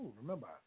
Remember